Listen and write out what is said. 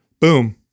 boom